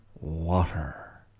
water